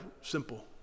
simple